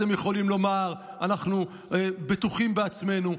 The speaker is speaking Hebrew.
אתם יכולים לומר: אנחנו בטוחים בעצמנו,